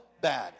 bad